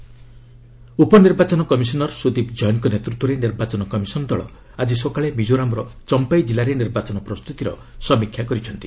EC team Mizoram ଉପନିର୍ବାଚନ commissioner Sudeep ଜେନଙ୍କ ନେତୃତ୍ୱରେ ନିର୍ବାଚନ କମିଶନ୍ ଦଳ ଆଜି ସକାଳେ ମିକୋରାମ୍ର ଚମ୍ପାଇ ଜିଲ୍ଲାରେ ନିର୍ବାଚନ ପ୍ରସ୍ତୁତିର ସମୀକ୍ଷା କରିଛନ୍ତି